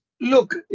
Look